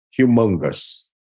humongous